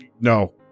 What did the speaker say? no